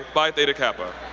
phi theta kappa.